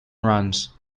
runs